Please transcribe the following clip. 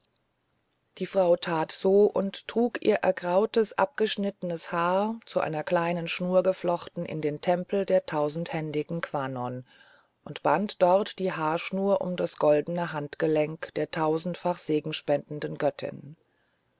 die frau tat so und trug ihr ergrautes abgeschnittenes haar zu einer kleinen schnur geflochten in den tempel der tausendhändigen kwannon und band dort die haarschnur um das goldene handgelenk der tausendfach segenspendenden göttin